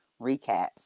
recaps